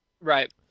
Right